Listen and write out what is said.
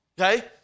okay